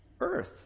earth